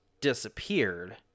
disappeared